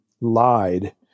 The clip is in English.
lied